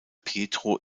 pietro